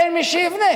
אין מי שיבנה.